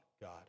God